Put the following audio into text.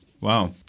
Wow